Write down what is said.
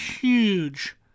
huge